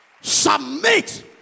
submit